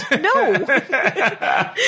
No